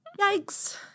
Yikes